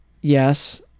Yes